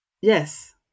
Yes